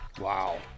Wow